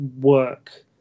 work